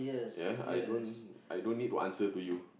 I don't need to answer to you